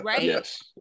Yes